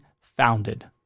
founded